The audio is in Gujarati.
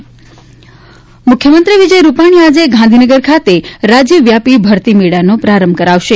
ભરતી પખવાડીયુ મુખ્યમંત્રી વિજય રૂપાણી આજે ગાંધીનગર ખાતે રાજયવ્યાપી ભરતી મેળાનો પ્રારંભ કરાવશે